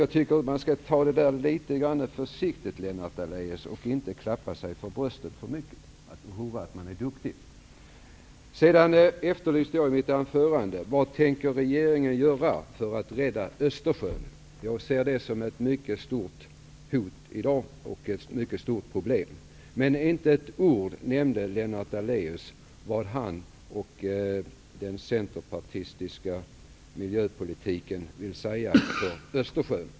Jag tycker att man skall ta det litet försiktigt, Lennart Daléus, och inte alltför mycket slå sig för bröstet och tro att man är duktig. Jag efterlyste i mitt anförande ett svar på frågan vad regeringen tänker göra för att rädda Östersjön. Jag ser föroreningarna där som ett allvarligt hot och ett mycket stort problem. Men Lennart Daléus nämnde inte ett ord om vad han och den centerpartistiska miljöpolitiken vill göra för Östersjön.